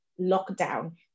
lockdown